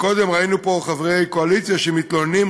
קודם ראינו פה חברי קואליציה שמתלוננים,